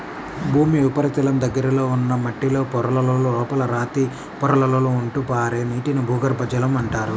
భూమి ఉపరితలం దగ్గరలో ఉన్న మట్టిలో పొరలలో, లోపల రాతి పొరలలో ఉంటూ పారే నీటిని భూగర్భ జలం అంటారు